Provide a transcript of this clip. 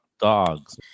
dogs